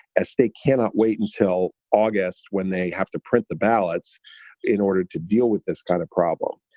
a state cannot wait until august when they have to print the ballots in order to deal with this kind of problem.